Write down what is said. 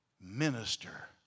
minister